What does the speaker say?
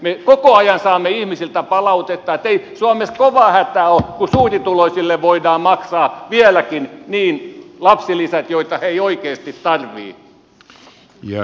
me koko ajan saamme ihmisiltä palautetta että ei suomessa kova hätä ole kun suurituloisille voidaan maksaa vieläkin lapsilisät joita he eivät oikeasti tarvitse